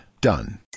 Done